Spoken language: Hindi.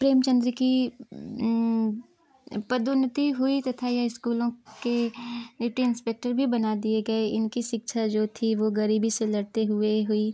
प्रेमचन्द्र की पदोन्नति हुई तथा यह स्कूलों के डिटी इंस्पेक्टर भी बना दिए गए इनकी शिक्षा जो थी वो गरीबी से लड़ते हुए हुई